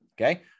Okay